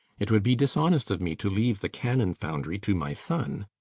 it would be dishonest of me to leave the cannon foundry to my son.